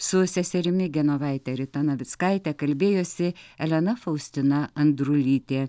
su seserimi genovaite rita navickaite kalbėjosi elena faustina andrulytė